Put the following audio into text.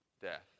death